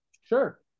Sure